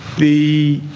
the